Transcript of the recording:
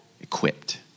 equipped